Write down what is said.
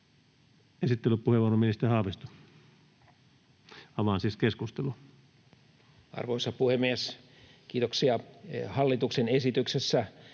Esittelypuheenvuoro, ministeri Haavisto. Avaan keskustelun. Arvoisa puhemies, kiitoksia! Hallituksen esityksessä